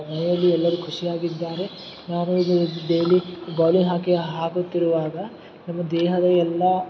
ಮನೆಯಲ್ಲಿ ಎಲ್ಲರೂ ಖುಷಿಯಾಗಿದ್ದಾರೆ ನಾನು ಇಲ್ಲಿ ಡೇಲಿ ಬಾಲಿಂಗ್ ಹಾಕಿ ಹಾಕುತ್ತಿರುವಾಗ ನಮ್ಮ ದೇಹದ ಎಲ್ಲ